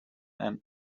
and